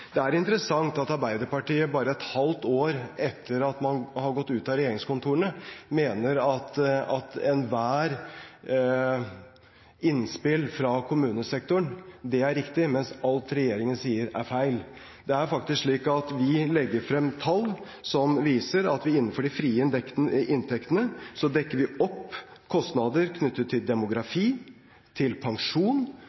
Det er interessant at Arbeiderpartiet bare et halvt år etter at man har gått ut av regjeringskontorene, mener at ethvert innspill fra kommunesektoren er riktig, mens alt regjeringen sier, er feil. Det er faktisk slik at vi legger frem tall som viser at innenfor de frie inntektene dekker vi opp kostnader knyttet til